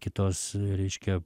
kitos reiškia